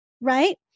right